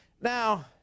Now